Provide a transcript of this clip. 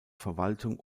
verwaltung